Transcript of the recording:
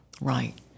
Right